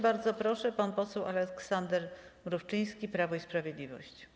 Bardzo proszę, pan poseł Aleksander Mrówczyński, Prawo i Sprawiedliwość.